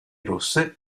rosse